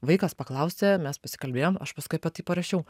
vaikas paklausė mes pasikalbėjom aš paskui apie tai parašiau